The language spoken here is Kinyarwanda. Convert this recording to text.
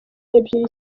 ebyiri